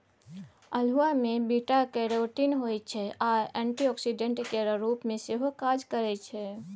अल्हुआ मे beta carotene होइ छै आ एंटीआक्सीडेंट केर रुप मे सेहो काज करय छै